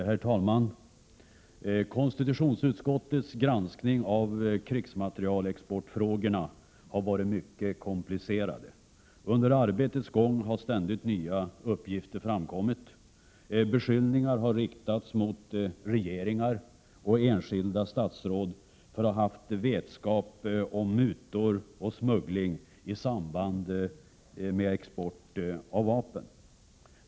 Herr talman! Konstitutionsutskottets granskning av krigsmaterielexportfrågorna har varit mycket komplicerad. Under arbetets gång har ständigt nya uppgifter framkommit. Beskyllningar har riktats mot olika regeringar och enskilda statsråd om att de skulle ha haft vetskap om mutor och smuggling i samband med export av vapen.